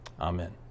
Amen